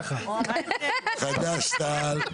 תע"ל,